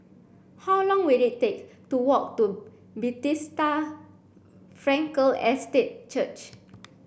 how long will it take to walk to Frankel Estate Church